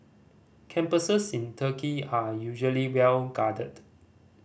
campuses in Turkey are usually well guarded